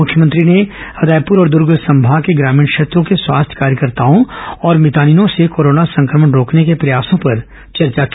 मुख्यमंत्री ने रायपुर और दूर्ग संभाग के ग्रामीण क्षेत्रों के स्वास्थ्य कार्यकर्ताओं और मितानिनों से कोरोना संक्रमण रोकने के प्रयासों पर चर्चा की